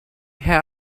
head